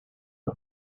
the